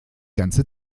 ganze